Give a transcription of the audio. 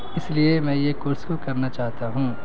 اس لیے میں یہ کورس کو کرنا چاہتا ہوں